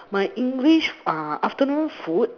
my English are afternoon food